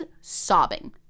sobbing